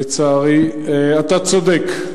לצערי, אתה צודק.